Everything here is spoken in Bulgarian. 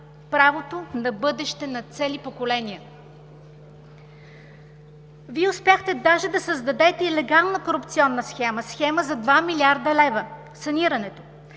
правото на бъдеще на цели поколения. Вие успяхте даже да създадете и легална корупционна схема, схема за 2 млрд. лв. – санирането.